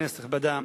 כנסת נכבדה,